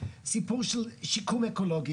של סיפור של שיקום אקולוגי.